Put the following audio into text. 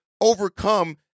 overcome